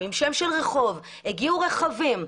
אדם ורחוב, הגיעו רכבים.